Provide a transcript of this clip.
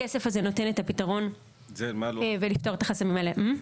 הכסף הזה נותן את הפתרון ולפתור את החסמים האלה.